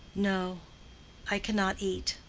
no i cannot eat.